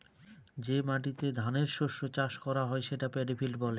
যে মাটিতে ধানের শস্য চাষ করা হয় সেটা পেডি ফিল্ড বলে